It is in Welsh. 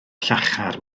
llachar